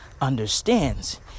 understands